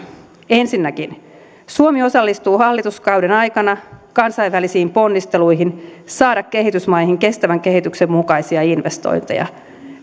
ensinnäkin suomi osallistuu hallituskauden aikana kansainvälisiin ponnisteluihin saada kehitysmaihin kestävän kehityksen mukaisia investointeja